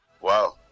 Wow